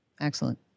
excellent